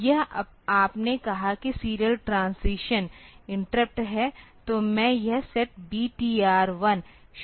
तो यह आपने कहा कि सीरियल ट्रांजीशन इंटरप्ट है तो मैं यह सेट BTR1 शुरू करता हूं